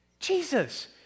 Jesus